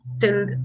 till